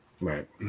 right